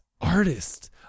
artist